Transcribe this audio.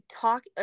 talk